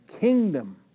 kingdom